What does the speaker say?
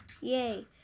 Yay